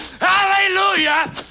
Hallelujah